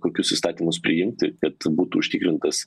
kokius įstatymus priimti kad būtų užtikrintas